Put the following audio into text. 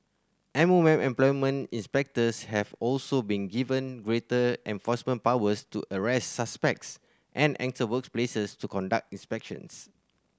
M O M employment inspectors have also been given greater enforcement powers to arrest suspects and enter workplaces to conduct inspections